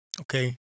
Okay